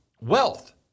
wealth